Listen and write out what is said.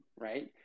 right